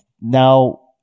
now